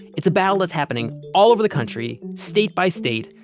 it's a battle that's happening all over the country, state by state.